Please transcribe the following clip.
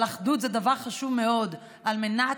אבל אחדות זה דבר חשוב מאוד על מנת